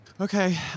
Okay